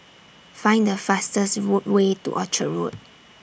Find The fastest Way to Orchard Road